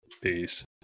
Peace